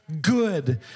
good